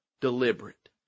Deliberate